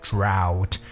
Drought